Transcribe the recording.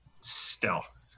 Stealth